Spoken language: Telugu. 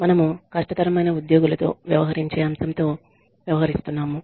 మనము కష్టమైన ఉద్యోగులతో వ్యవహరించే అంశంతో వ్యవహరిస్తున్నాము